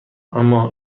اما